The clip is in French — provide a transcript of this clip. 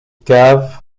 cave